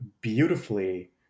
beautifully